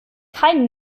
kein